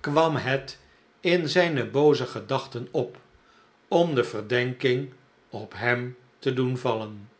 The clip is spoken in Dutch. kwam het in zijne booze gedachten op om de verdenking op hem te doen vallen